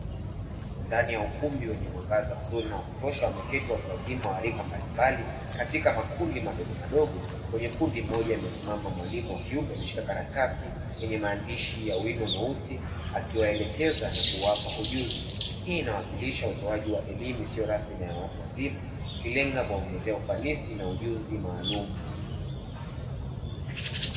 Ndani ya ukumbi wenye mwangaza mzuri na wakutoaha wameketi watu wazima wa rika mbalimbali katika makundi madogomadogo, kwenye kundi moja amesimama mwalimu wa kiume ameshika karatasi yenye maandishi ya wino mweusi akiwaelekeza na kuwapa ujuzi, hii inawakilisha utoaji wa elimu isiyo rasmi na ya watu wazima ikilenga kuwaongezea ufanisi na ujuzi maalumu.